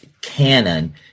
canon